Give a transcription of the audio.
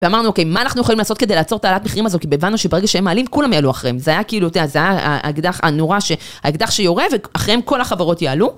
ואמרנו, אוקיי, מה אנחנו יכולים לעשות כדי לעצור את ההעלאת מחירים הזאת? כי הבנו שברגע שהם מעלים, כולם יעלו אחריהם. זה היה כאילו, תראה, זה היה האקדח, הנורה, האקדח שיורה, ואחריהם כל החברות יעלו.